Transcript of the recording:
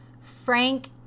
Frank